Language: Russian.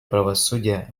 правосудия